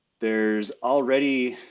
there's already